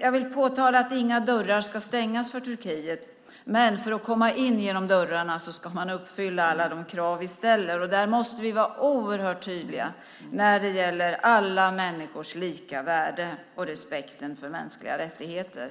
Jag vill påtala att inga dörrar ska stängas för Turkiet, men för att komma in genom dörrarna ska man uppfylla alla de krav vi ställer. Där måste vi vara oerhört tydliga när det gäller alla människors lika värde och respekten för mänskliga rättigheter.